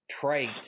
trait